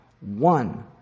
one